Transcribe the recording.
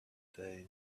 they